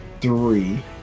three